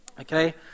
okay